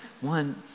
One